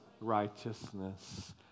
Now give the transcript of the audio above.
righteousness